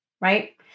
right